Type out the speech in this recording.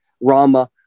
Rama